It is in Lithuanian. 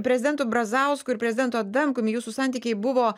prezidentu brazausku ir prezidentu adamkum jūsų santykiai buvo